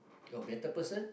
a better person